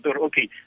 okay